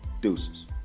Deuces